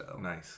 Nice